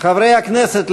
חברי הכנסת,